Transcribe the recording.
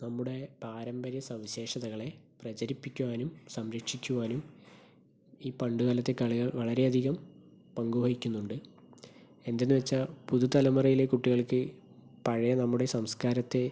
നമ്മുടെ പാരമ്പര്യ സവിശേഷതകളെ പ്രചരിപ്പിക്കുവാനും സംരക്ഷിക്കുവാനും ഈ പണ്ടു കാലത്തെ കളികൾ വളരെ അധികം പങ്കുവഹിക്കുന്നുണ്ട് എന്തെന്ന് വെച്ചാൽ പുതുതലമുറയിലെ കുട്ടികൾക്ക് പഴയ നമ്മുടെ സംസ്കാരത്തെ